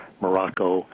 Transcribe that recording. Morocco